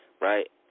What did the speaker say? right